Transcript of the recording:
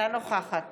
אינה נוכחת